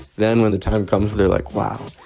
then, when the time comes, they're like, wow,